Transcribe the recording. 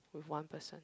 with one person